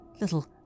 little